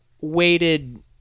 weighted